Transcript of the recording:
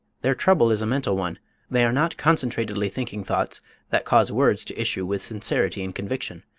their trouble is a mental one they are not concentratedly thinking thoughts that cause words to issue with sincerity and conviction,